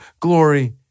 glory